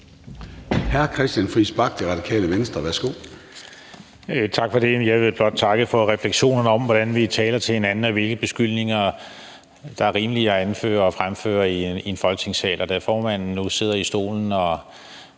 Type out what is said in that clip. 21:05 Christian Friis Bach (RV): Tak for det. Jeg vil blot takke for refleksionerne over, hvordan vi taler til hinanden, i forhold til hvilke beskyldninger der er rimelige at anføre og fremføre i Folketingssalen. Da formanden nu sidder i stolen og